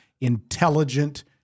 intelligent